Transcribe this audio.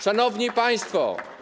Szanowni Państwo!